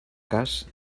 cas